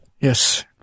Yes